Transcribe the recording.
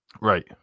Right